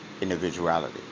individuality